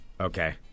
Okay